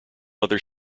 other